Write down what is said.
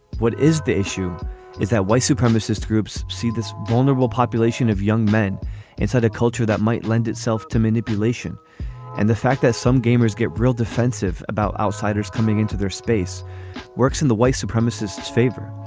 what is the issue is that white supremacist groups see this vulnerable population of young men inside a culture that might lend itself to manipulation and the fact that some gamers get real defensive about outsiders coming into their space works in the white supremacists favor.